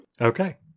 Okay